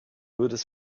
würdest